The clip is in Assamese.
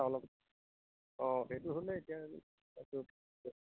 অলপ অঁ সেইটো হ'লে এতিয়া